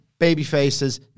babyfaces